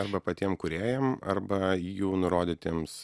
arba patiem kūrėjam arba jų nurodytiems